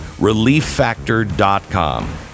ReliefFactor.com